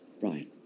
Brian